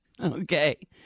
Okay